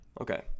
Okay